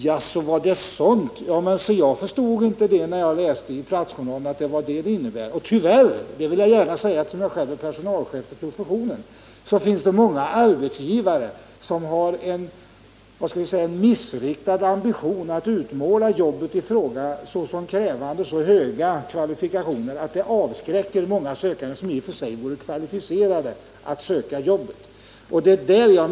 Jag har då fått till svar: Jaså, var det sådant. När jag läste om det i platsjournalen förstod jag inte att det var det det innebar. Tyvärr — det vill jag gärna säga, eftersom jag själv är personalchef till professionen — finns det många arbetsgivare som har en missriktad ambition att utmåla jobben som krävande så stora kvalifikationer att det avskräcker många sökande, som i och för sig vore kvalificerade att söka.